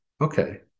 okay